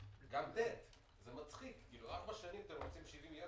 גם (ט) זה מצחיק ארבע שנים ואתם רוצים 70 יום?